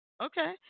Okay